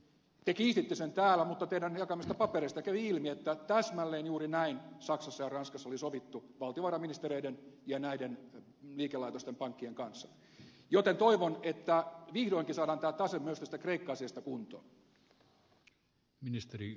te kiistitte sen täällä mutta teidän jakamistanne papereista kävi ilmi että täsmälleen juuri näin saksassa ja ranskassa oli sovittu valtiovarainministereiden ja näiden liikelaitosten pankkien kanssa joten toivon että vihdoinkin saadaan tämä tase myös tästä kreikka asiasta kuntoon